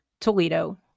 Toledo